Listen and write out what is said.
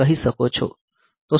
તો શું થશે